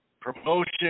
promotion